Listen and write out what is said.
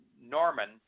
Norman